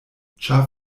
ĉar